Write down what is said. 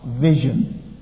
vision